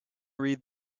read